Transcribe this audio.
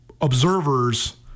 observers